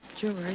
George